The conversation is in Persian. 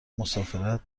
مسافرت